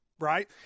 Right